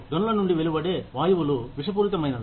గనుల నుండి వెలువడే వాయువులు విషపూరితమైనవి